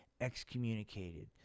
excommunicated